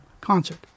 concert